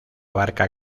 abarca